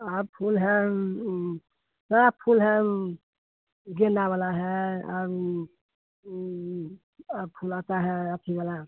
हाँ फूल है गुलाब फूल है गेन्दा वाला है फुलाता है अथी वाला